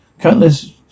countless